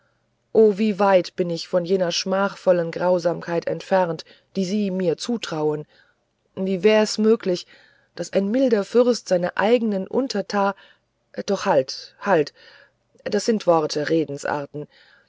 o wie weit bin ich von jener schmachvollen grausamkeit entfernt die sie mir zutrauen wie wär es möglich daß ein milder fürst seine eignen unterta doch halt halt was sind worte redensarten